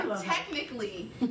Technically